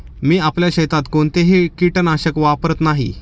मी आपल्या शेतात कोणतेही कीटकनाशक वापरत नाही